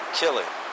killing